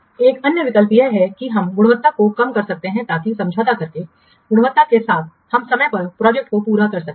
एक अन्य विकल्प यह है कि हम गुणवत्ता को कम कर सकते हैं ताकि समझौता करके गुणवत्ता के साथ हम समय पर प्रोजेक्ट को पूरा कर सकते हैं